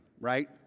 right